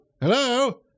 Hello